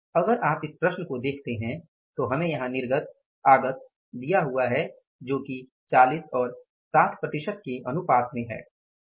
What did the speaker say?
अगर आप इस प्रश्न को देखते हैं तो हमे यहां निर्गत आगत दिया हुआ है जो कि 40 और 60 प्रतिशत के अनुपात में है